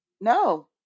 no